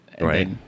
Right